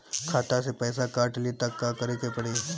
खाता से पैसा काट ली त का करे के पड़ी?